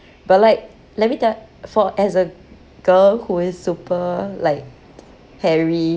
but like let me te~ for as a girl who is super like hairy